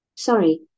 Sorry